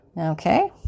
okay